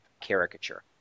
caricature